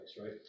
right